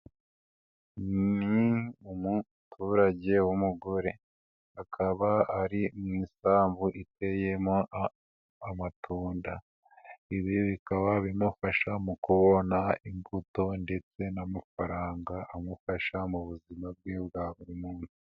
Ni umuturage w'umugore akaba ari mu isambu iteyemo amatunda. Ibi bikaba bimufasha mu kubona imbuto, ndetse n'amafaranga amufasha mu buzima bwe bwa buri muntu.